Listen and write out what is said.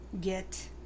get